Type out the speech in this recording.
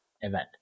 event